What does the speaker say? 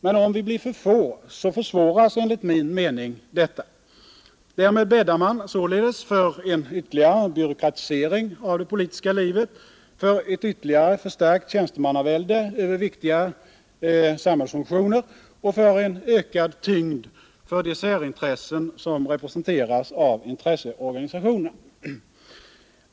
Men om vi blir för få försvåras detta enligt min uppfattning. Därmed bäddar man således för en ytterligare byråkratisering av det politiska livet, för ett ytterligare förstärkt tjänstemannavälde över viktiga samhällsfunktioner och för en ökad tyngd för de särintressen som representeras av intresseorganisationerna.